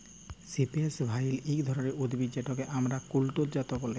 cypress vine ইক ধরলের উদ্ভিদ যেটকে আমরা কুল্জলতা ব্যলে